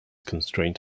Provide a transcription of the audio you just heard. constraint